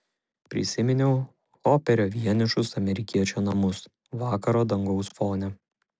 prisiminiau hoperio vienišus amerikiečių namus vakaro dangaus fone